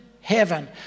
heaven